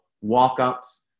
walk-ups